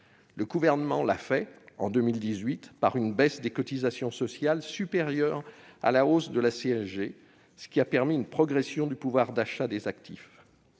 Le Gouvernement l'a fait en 2018, en décidant une baisse des cotisations sociales supérieure à la hausse de la CSG. Cette mesure a permis une progression du pouvoir d'achat des actifs.